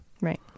Right